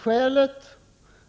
Skälet